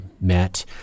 met